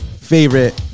Favorite